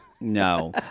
No